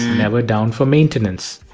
never down for maintenance!